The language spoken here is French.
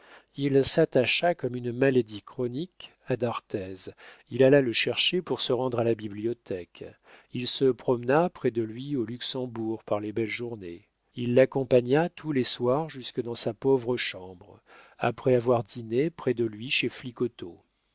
il s'attacha comme une maladie chronique à d'arthez il alla le chercher pour se rendre à la bibliothèque il se promena près de lui au luxembourg par les belles journées il l'accompagna tous les soirs jusque dans sa pauvre chambre après avoir dîné près de lui chez